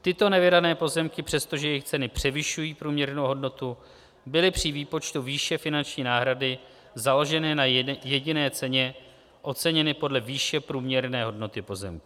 Tyto nevydané pozemky, přestože jejich ceny převyšují průměrnou hodnotu, byly při výpočtu výše finanční náhrady založeny na jediné ceně, oceněny podle výše průměrné hodnoty pozemku.